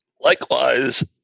Likewise